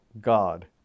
God